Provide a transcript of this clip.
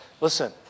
Listen